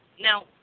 Now